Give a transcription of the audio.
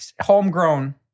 homegrown